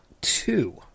two